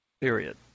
Period